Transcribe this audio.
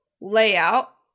layout